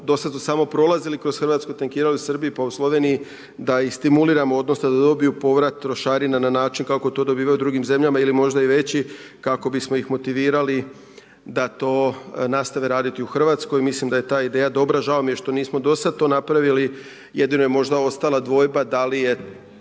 do sad su samo prolazili kroz Hrvatsku, tankirali u Srbiji pa u Sloveniji, da ih stimuliramo, odnosno da dobiju povrat trošarina na način kako to dobivaju u drugim zemljama ili možda i veći kako bismo ih motivirali da to nastave raditi u Hrvatskoj. Mislim da je ta ideja dobra, žao mi je što nismo do sad to napravili, jedino je možda ostala dvojba da li je